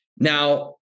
Now